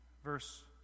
Verse